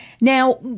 Now